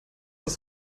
das